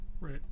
Right